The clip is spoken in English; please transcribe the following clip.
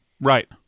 Right